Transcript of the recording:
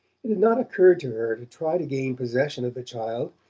it had not occurred to her to try to gain possession of the child.